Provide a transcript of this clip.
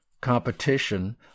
competition